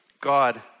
God